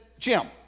Jim